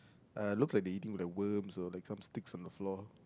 uh looks like they eating the worms or like sticks on the floor